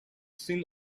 seen